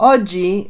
Oggi